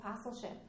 apostleship